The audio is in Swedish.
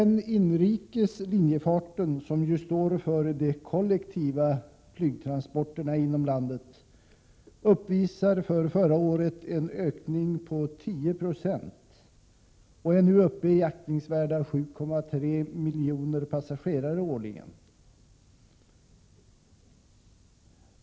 Den inrikes linjefarten, som ju står för de kollektiva flygtransporterna inom landet, uppvisade förra året en ökning på 10 26 och är nu uppe i aktningsvärda 7,3 miljoner passagerare årligen.